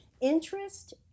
interest